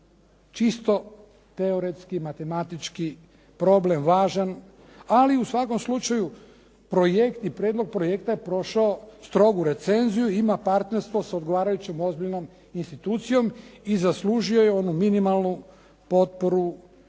Čisto teoretski, matematički problem važan, ali u svakom slučaju projekt i prijedlog projekta je prošao strogu recenziju i ima partnerstvo s odgovarajući ozbiljnom institucijom i zaslužio je onu minimalnu potporu